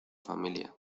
familia